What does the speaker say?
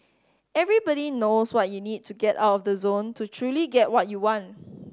everybody knows what you need to get out of the zone to truly get what you want